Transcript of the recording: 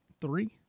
three